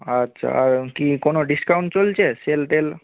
আচ্ছা আর কি কোনো ডিসকাউন্ট চলছে সেল টেল